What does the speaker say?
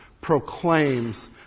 proclaims